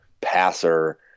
passer